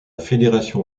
fédération